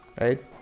right